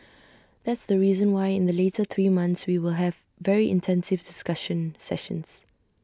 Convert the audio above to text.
that's the reason why in the later three months we will have very intensive discussion sessions